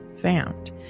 found